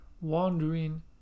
Wandering